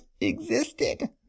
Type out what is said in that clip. existed